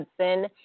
Hudson